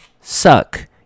suck